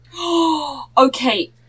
Okay